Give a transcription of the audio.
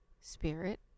spirit